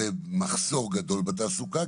ומחסור גדול בתעסוקה,